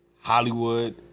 Hollywood